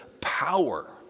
power